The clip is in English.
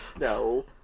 no